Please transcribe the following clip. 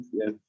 yes